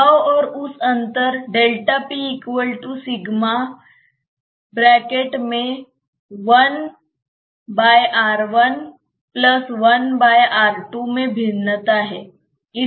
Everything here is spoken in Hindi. दबाव और उस अंतर में भिन्नता है